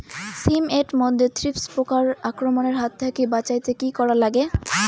শিম এট মধ্যে থ্রিপ্স পোকার আক্রমণের হাত থাকি বাঁচাইতে কি করা লাগে?